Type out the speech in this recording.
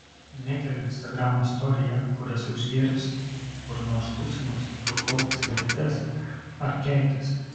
nekeliu instagramo storyje kur esu išgėrusi kur nors tūsinuosi rūkau cigaretes ar keikiuosi